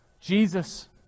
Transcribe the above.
Jesus